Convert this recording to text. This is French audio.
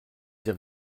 dit